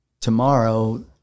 tomorrow